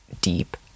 deep